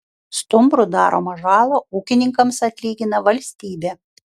stumbrų daromą žalą ūkininkams atlygina valstybė